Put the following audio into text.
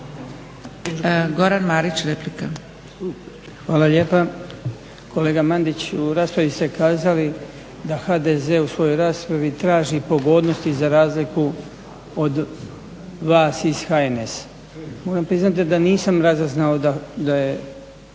Goran (HDZ)** Hvala lijepa. Kolega Mandić, u raspravi ste kazali da HDZ u svojoj raspravi traži pogodnosti za razliku od vas iz HNS-a. Moram priznati da nisam razaznao da je